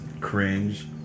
cringe